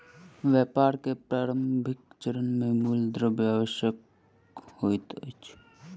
व्यापार के प्रारंभिक चरण मे मूल द्रव्य आवश्यक होइत अछि